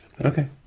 Okay